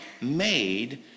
made